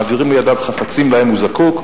מעבירים לידיו חפצים שלהם הוא זקוק,